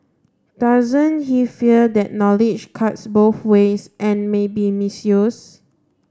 doesn't he fear that knowledge cuts both ways and may be misused